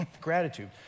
Gratitude